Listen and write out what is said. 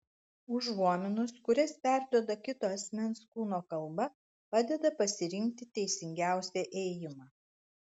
užuominos kurias perduoda kito asmens kūno kalba padeda pasirinkti teisingiausią ėjimą